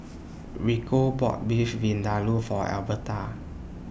Rico bought Beef Vindaloo For Elberta